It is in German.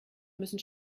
müssen